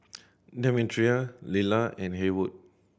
Demetria Lila and Haywood